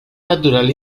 natural